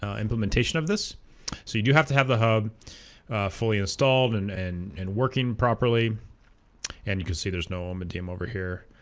ah implementation of this so you do have to have the hub fully installed and and and working properly and you can see there's no um oma-dm um over here